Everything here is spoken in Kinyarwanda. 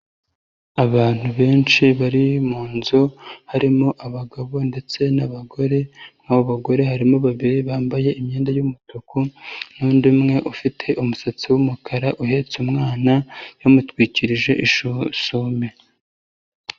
Abantu benshi bari munzu harimo abagabo ndetse n'abagore, abo bagore harimo babiri bambaye imyenda y'umutuku n'undi umwe ufite umusatsi w'umukara uhetse umwana yamutwikirije isume.